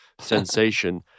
sensation